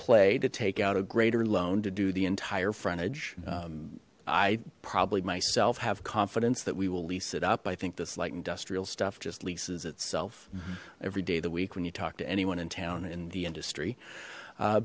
play to take out a greater loan to do the entire frontage i probably myself have confidence that we will lease it up i think this light industrial stuff just leases itself every day the week when you talk to anyone in town in the industry